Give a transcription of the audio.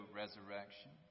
resurrection